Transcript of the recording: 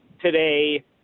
today